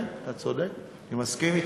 כן, אתה צודק, אני מסכים אתך.